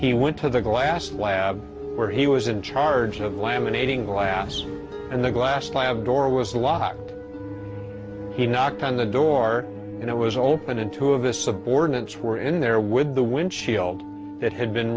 he went to the glass lab where he was in charge of laminating glass and the glass slab door was locked he knocked on the door and it was open and two of the subordinates were in there with the windshield that had been